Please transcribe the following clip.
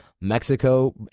Mexico